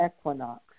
equinox